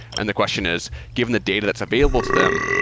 and the question is, given the data that's available to them,